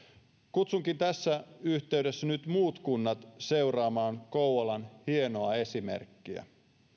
kutsunkin tässä yhteydessä nyt muut kunnat seuraamaan kouvolan hienoa esimerkkiä